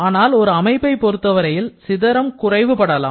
ஆனால் ஒரு அமைப்பை பொருத்தவரையில் சிதறம் குறைவு படலாம்